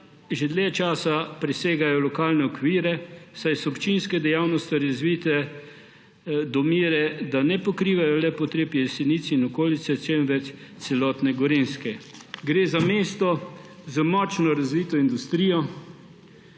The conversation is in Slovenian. že dlje časa presegajo lokalne okvire, saj so občinske dejavnosti razvite do mere, da ne pokrivajo le potreb Jesenic in okolice, temveč celotne Gorenjske. Gre za mesto z močno razvito industrijo.